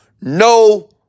No